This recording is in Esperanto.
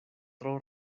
tro